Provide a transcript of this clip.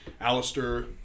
Alistair